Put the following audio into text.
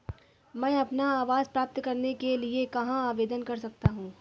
मैं अपना आवास प्राप्त करने के लिए कहाँ आवेदन कर सकता हूँ?